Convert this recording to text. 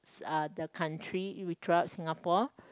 is uh the country it we throughout Singapore